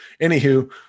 anywho